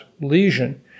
lesion